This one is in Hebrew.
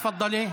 תפדלי.